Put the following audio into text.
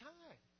time